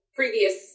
previous